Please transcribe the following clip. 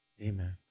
Amen